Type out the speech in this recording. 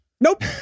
Nope